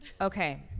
Okay